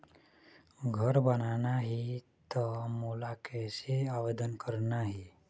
घर बनाना ही त मोला कैसे आवेदन करना हे?